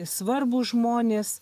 svarbūs žmonės